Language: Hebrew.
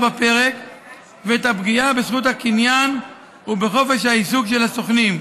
בפרק ואת הפגיעה בזכות הקניין ובחופש העיסוק של הסוכנים,